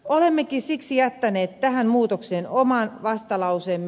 olemmekin siksi jättäneet tähän muutokseen oman vastalauseemme